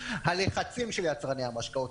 הלחצים של יצרני המשקאות,